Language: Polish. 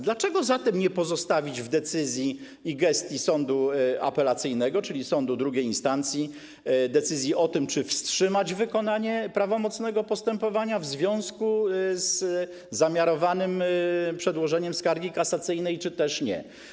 Dlaczego zatem nie pozostawić w decyzji i gestii sądu apelacyjnego, czyli sądu II instancji, decyzji o tym, czy wstrzymać wykonanie prawomocnego postępowania w związku z zamiarowanym przedłożeniem skargi kasacyjnej, czy też nie?